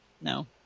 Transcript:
No